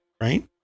right